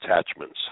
attachments